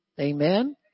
Amen